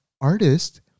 artist